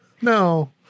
No